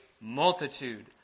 multitude